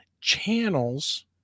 channels